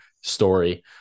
story